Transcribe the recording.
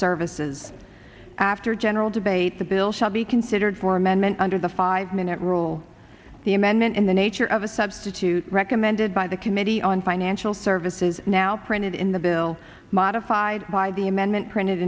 services after general debate the bill shall be considered for amendment under the five minute rule the amendment in the nature of a substitute recommended by the committee on financial services now printed in the bill modified by the amendment printed